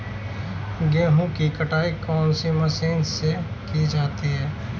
गेहूँ की कटाई कौनसी मशीन से की जाती है?